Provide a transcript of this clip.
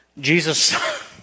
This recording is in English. Jesus